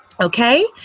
Okay